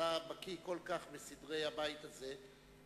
אתה בקי כל כך בסדרי הבית הזה,